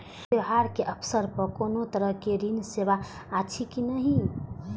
त्योहार के अवसर पर कोनो तरहक ऋण सेवा अछि कि नहिं?